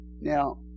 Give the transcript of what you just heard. Now